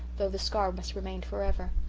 though the scar must remain for ever.